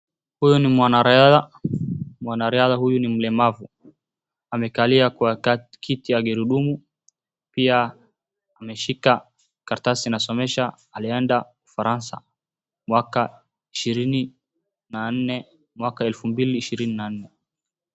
Huyu ni mwanariadha. Mwanariadha huyu ni mlemavu. Amekalia kwa kiti ya gurudumu. Pia ameshika karatasi inasomesha alienda Ufaransa mwaka ishirini na nne mwaka elfu mbili ishirini na nne.